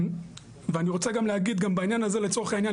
אני רוצה להגיד גם בעניין הזה לצורך העניין